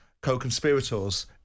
co-conspirators